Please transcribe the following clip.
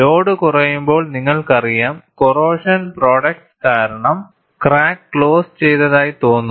load കുറയുമ്പോൾ നിങ്ങൾക്കറിയാം corrosion products കാരണം ക്രാക്ക് ക്ലോസ് ചെയ്തതായി തോന്നുന്നു